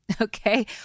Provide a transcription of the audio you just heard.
Okay